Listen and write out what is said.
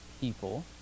people